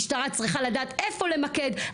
משטרה צריכה לדעת איפה למקד,